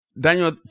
Daniel